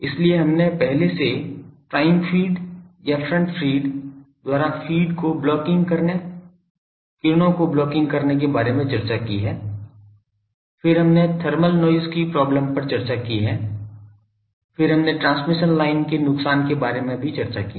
इसलिए हमने पहले से प्राइम फीड या फ्रंट फीड द्वारा फ़ीड को ब्लॉकिंग करने किरणों को ब्लॉकिंग करने के बारे में चर्चा की है फिर हमने थर्मल नॉइज़ की प्रॉब्लम पर चर्चा की है फिर हमने ट्रांसमिशन लाइन के नुकसान के बारे में चर्चा की है